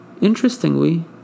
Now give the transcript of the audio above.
Interestingly